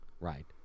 Right